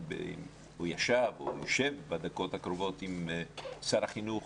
ישב או יושב בדקות הקרובות עם שר החינוך